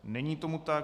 Není tomu tak.